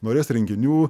norės renginių